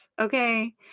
Okay